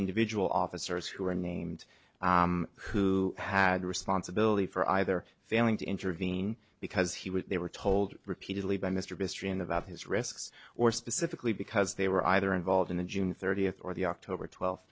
individual officers who are unnamed who had responsibility for either failing to intervene because he was they were told repeatedly by mr history and about his risks or specifically because they were either involved in the june thirtieth or the october twelfth